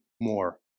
more